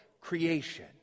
Creation